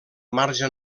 marge